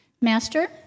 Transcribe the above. Master